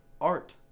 art